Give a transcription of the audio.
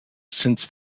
since